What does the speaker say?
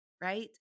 right